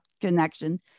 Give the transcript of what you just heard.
connection